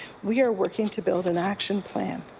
we are working to build an action plan.